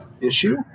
issue